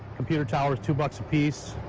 computer towers two bucks a piece.